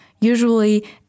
Usually